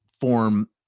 form